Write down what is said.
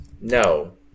No